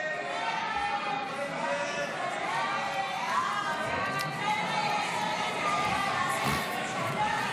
ההצעה להעביר לוועדה את הצעת חוק-יסוד: